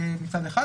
מצד אחד,